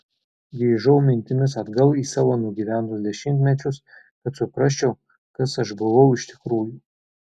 grįžau mintimis atgal į savo nugyventus dešimtmečius kad suprasčiau kas aš buvau iš tikrųjų